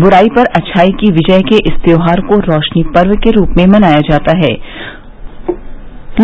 ब्राई पर अच्छाई की विजय के इस त्यौहार को रोशनी पर्व के रूप में मनाया जाता है